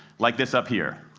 like this up here.